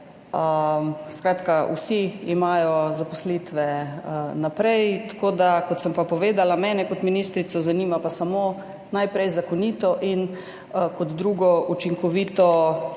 skratka, vsi imajo zaposlitve naprej. Kot sem povedala, mene kot ministrico zanima pa samo najprej zakonito in kot drugo učinkovito